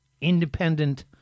independent